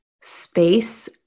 space